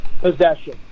possession